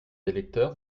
électeurs